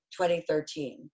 2013